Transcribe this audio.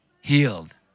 healed